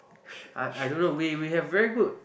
I I don't know we we have very good